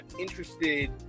interested